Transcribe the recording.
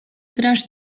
grasz